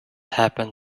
happen